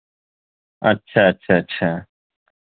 اچھا اچھا اچھا